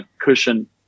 cushion